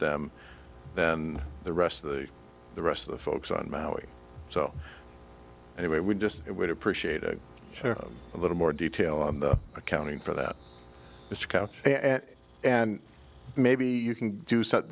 them than the rest of the the rest of the folks on maui so it would just it would appreciate a little more detail on the accounting for that discount and maybe you can do s